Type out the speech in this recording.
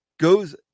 goes